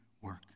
work